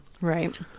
right